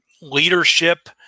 leadership